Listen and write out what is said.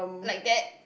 like that